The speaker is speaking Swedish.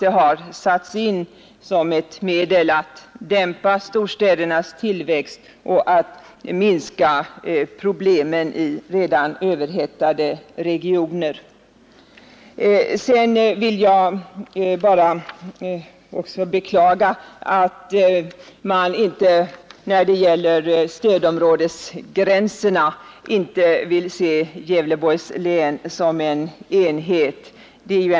Den har satts in som ett medel att dämpa storstädernas tillväxt och minska problemen i redan överhettade regioner. Sedan vill jag bara beklaga att man inte när det gäller stödområdesgränserna vill se Gävleborgs län som en enhet.